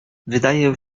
wydaje